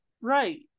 right